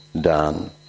done